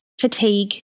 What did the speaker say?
Fatigue